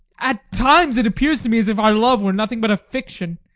at times it appears to me as if our love were nothing but a fiction,